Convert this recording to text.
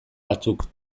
batzuk